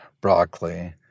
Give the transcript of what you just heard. broccoli